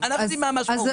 אנחנו יודעים מה המשמעות.